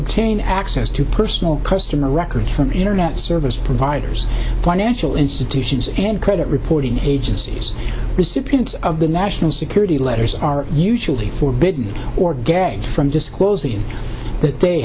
obtain access to personal customer records from internet service providers financial institutions and credit reporting agencies recipients of the national security letters are you usually forbidden or gay from disclosing that they